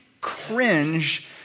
cringe